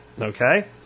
Okay